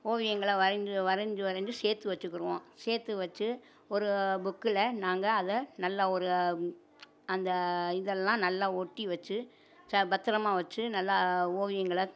ஓவியங்களை வரைந்து வரைஞ்சி வரைஞ்சி சேர்த்து வச்சிக்கிடுவோம் சேர்த்து வச்சு ஒரு புக்ககில் நாங்கள் அதை நல்லா ஒரு அந்த இதெல்லாம் நல்லா ஒட்டி வச்சு ச பத்தரமாக வச்சு நல்லா ஓவியங்களை